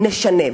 נשנה.